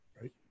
right